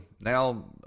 now